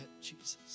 Jesus